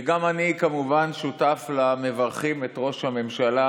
גם אני, כמובן, שותף למברכים את ראש הממשלה